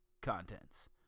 Contents